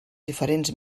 diferents